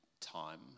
time